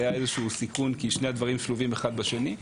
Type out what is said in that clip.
זה היה איזשהו סיכון כי שני הדברים שלובים אחד בשני.